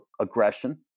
aggression